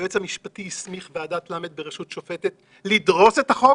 היועץ המשפטי הסמיך ועדת ל' בראשות שופטת לדרוס את החוק